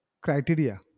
criteria